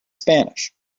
spanish